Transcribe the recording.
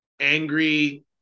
angry